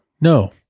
No